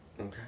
Okay